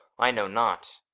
i know not.